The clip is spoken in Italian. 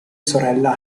sorella